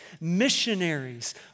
missionaries